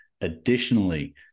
Additionally